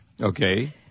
Okay